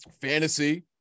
fantasy